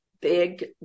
big